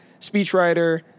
speechwriter